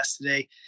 today